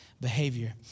behavior